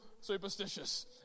superstitious